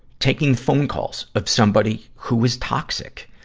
taking phone calls of somebody who was toxic,